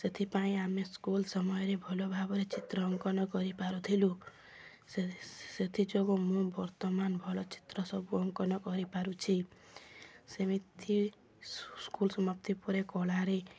ସେଥିପାଇଁ ଆମେ ସ୍କୁଲ୍ ସମୟରେ ଭଲ ଭାବରେ ଚିତ୍ର ଅଙ୍କନ କରିପାରୁଥିଲୁ ସେ ସେଥିଯୋଗୁଁ ମୁଁ ବର୍ତ୍ତମାନ ଭଲ ଚିତ୍ର ସବୁ ଅଙ୍କନ କରିପାରୁଛି ସେମିତି ସ୍କୁଲ୍ ସମାପ୍ତି ପରେ କଳାରେ